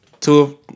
two